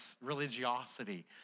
religiosity